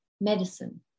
medicine